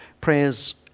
Prayers